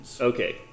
Okay